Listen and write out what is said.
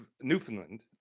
Newfoundland